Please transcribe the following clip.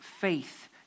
faith